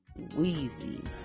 Weezy